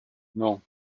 non